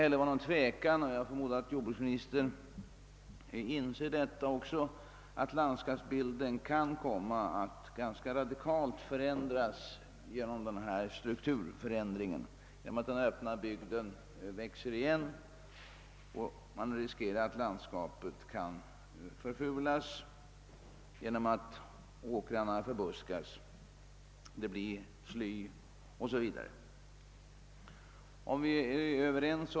Det råder ingen tvekan om att landskapsbilden kommer att förändras radikalt genom den strukturförändring som pågår och som gör att det öppna landskapet växer igen. Jag förutsätter att även jordbruksministern inser detta. Risken är att landskapet förfulas genom att åkrarna förbuskas och vi får busksly i stället för öppna fält.